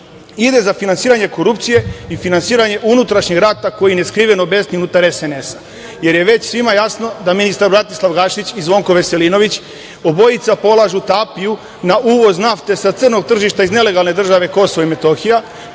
ili za finansiranje korupcije i finansiranje unutrašnjeg rata koji neskriveno besni unutar SNS, jer je već svima jasno da ministar Bratislav Gašić i Zvonko Veselinović polažu tapiju na uvoz nafte sa crnog tržišta iz nelegalne države Kosovo i Metohija,